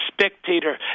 spectator